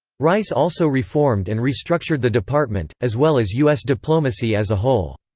rice also reformed and restructured the department, as well as us diplomacy as a whole.